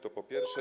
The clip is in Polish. To po pierwsze.